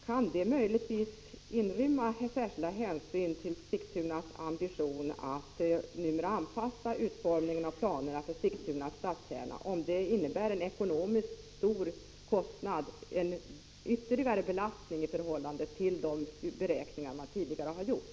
Kan det möjligtvis inrymma särskilda hänsyn till Sigtunas ambitioner numera i fråga om utformningen av planerna för Sigtunas stadskärna, om den utformningen medför en ekonomiskt stor kostnad, en ytterligare belastning i förhållande till de beräkningar som tidigare har gjorts?